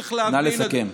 צריך להבין, נא לסכם.